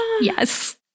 Yes